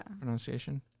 pronunciation